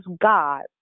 god